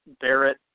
Barrett